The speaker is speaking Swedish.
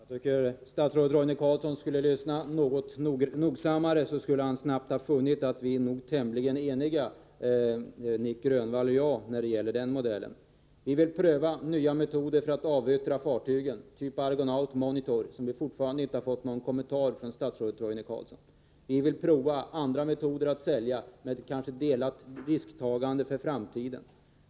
Herr talman! Jag tycker att statsrådet Roine Carlsson skulle lyssna mera noga. Då skulle han snabbt ha funnit att Nic Grönvall och jag är tämligen eniga när det gäller denna modell. Vi vill pröva nya metoder för att avyttra fartyg av typ Argonaut Monitor, som vi fortfarande inte har fått någon kommentar om från statsrådet Roine Carlsson. Vi vill prova andra metoder att sälja, kanske med delat risktagande för framtiden.